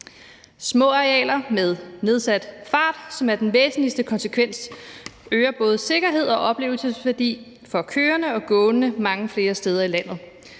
hvor der er nedsat fart, som er den væsentligste konsekvens, øger både sikkerhed og oplevelsesværdi for kørende og gående mange flere steder i landet.